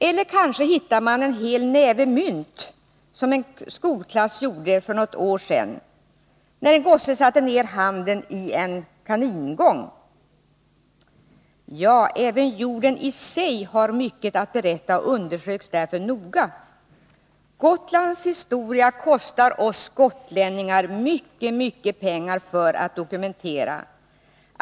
Eller kanske hittar man en näve gamla mynt, som en skolklass gjorde för något år sedan, när en gosse satte ner handen i en kaningång. Ja, även jorden i sig har mycket att berätta och undersöks därför noga. Gotlands historia kostar oss gotlänningar mycket pengar att dokumentera.